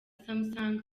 samsung